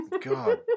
god